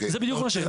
זה בדיוק מה שזה.